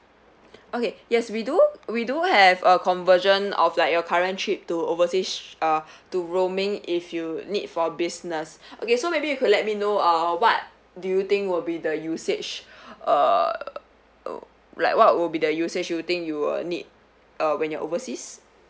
okay yes we do we do have a conversion of like your current trip to overseas uh to roaming if you need for business okay so maybe you could let me know uh what do you think will be the usage err like what will be the usage do you think you will need uh when you're overseas